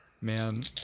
Man